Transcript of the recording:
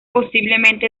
posiblemente